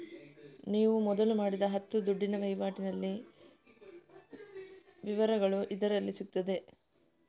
ನೀವು ಮೊದಲು ಮಾಡಿದ ಹತ್ತು ದುಡ್ಡಿನ ವೈವಾಟಿನ ವಿವರಗಳು ಇದರಲ್ಲಿ ಸಿಗ್ತದೆ